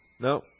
no